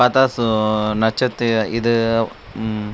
பார்த்தா ஸோ நட்சத்து இது